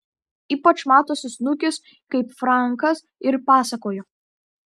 ypač matosi snukis kaip frankas ir pasakojo